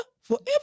forever